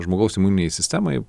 žmogaus imuninei sistemai